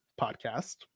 podcast